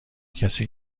کسی